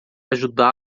ajudá